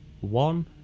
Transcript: one